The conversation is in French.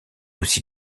aussi